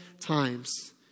times